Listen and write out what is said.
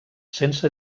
sense